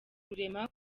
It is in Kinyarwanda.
rurema